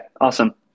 awesome